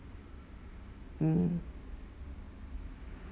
mm